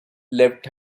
left